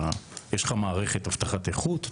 יש לך מערכת אבטחת איכות,